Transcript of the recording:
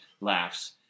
laughs